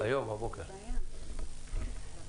ולדעתי הוא